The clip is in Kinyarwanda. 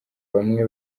bamwe